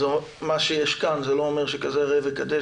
מה שיש כאן זה לא אומר שכזה ראה וקדש,